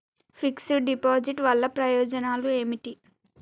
Fix డ్ deposit వల్ల ప్రయోజనాలు ఏమిటి?